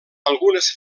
algunes